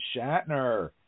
Shatner